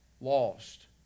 lost